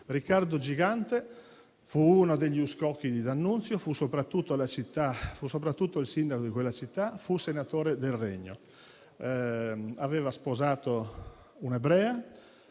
Riccardo Gigante fu uno degli uscocchi di D'Annunzio. Fu soprattutto il sindaco di quella città. Fu senatore del Regno. Aveva sposato un'ebrea.